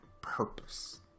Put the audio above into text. purpose